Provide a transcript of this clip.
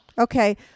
Okay